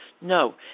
No